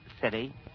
city